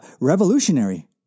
revolutionary